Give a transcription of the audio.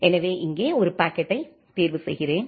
எனவே இங்கே ஒரு பாக்கெட்டை தேர்வு செய்கிறேன்